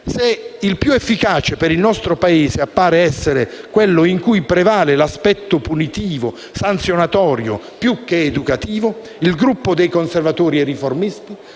se il più efficace per il nostro Paese appare essere quello in cui prevale l'aspetto punitivo e sanzionatorio più che educativo, il Gruppo dei Conservatori e Riformisti